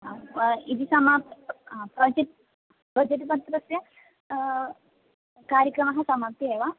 इति समाप्य project project पत्रस्य कार्यक्रमः समाप्य एव